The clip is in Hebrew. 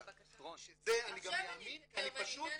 --- שזה אני גם מאמין כי אני פשוט